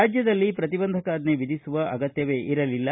ರಾಜ್ಯದಲ್ಲಿ ಪ್ರತಿಬಂಧಕಾಜ್ಞೆ ವಿಧಿಸುವ ಅಗತ್ಯವೇ ಇರಲಿಲ್ಲ